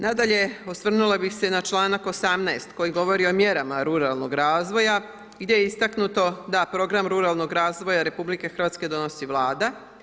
Nadalje, osvrnula bih se na čl. 18. koji govori o mjerama ruralnog razvoja gdje je istaknuto da program ruralnog razvoja RH donosi Vlada.